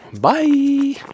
Bye